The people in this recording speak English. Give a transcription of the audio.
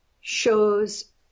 shows